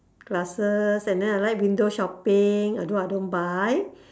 classes and then I like window shopping although I don't buy